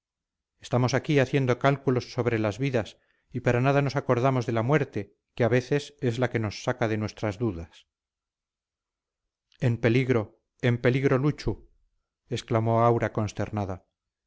estamos aquí haciendo cálculos sobre las vidas y para nada nos acordamos de la muerte que a veces es la que nos saca de nuestras dudas en peligro en peligro luchu exclamó aura consternada